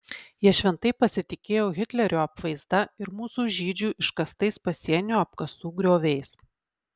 jie šventai pasitikėjo hitlerio apvaizda ir mūsų žydžių iškastais pasienio apkasų grioviais